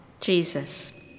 Jesus